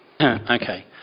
Okay